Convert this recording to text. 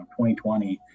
2020